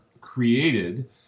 created